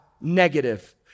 negative